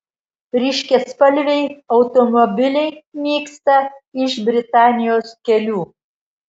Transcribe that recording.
ryškiaspalviai automobiliai nyksta iš britanijos kelių